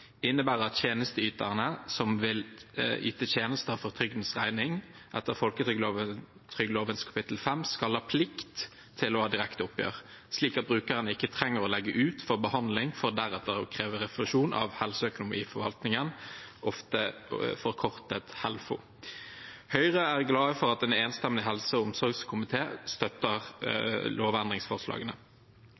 innebærer at tjenesteyterne som vil yte tjenester for trygdens regning etter folketrygdloven kapittel 5, skal ha plikt til å ha direkte oppgjør, slik at brukeren ikke trenger å legge ut for behandling for deretter å kreve refusjon av Helseøkonomiforvaltningen, ofte forkortet Helfo. Høyre er glad for at en enstemmig helse- og omsorgskomité støtter lovendringsforslagene.